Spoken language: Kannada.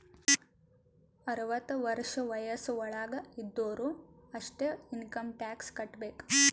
ಅರ್ವತ ವರ್ಷ ವಯಸ್ಸ್ ವಳಾಗ್ ಇದ್ದೊರು ಅಷ್ಟೇ ಇನ್ಕಮ್ ಟ್ಯಾಕ್ಸ್ ಕಟ್ಟಬೇಕ್